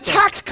tax